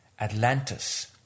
Atlantis